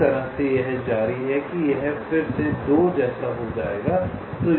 इस तरह से यह जारी है कि यह फिर से 2 जैसा हो जाएगा